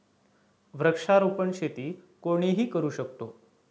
वृक्षारोपण शेती कोणीही करू शकतो